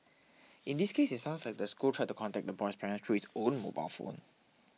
in this case it sounds like the school tried to contact the boy's parents through his own mobile phone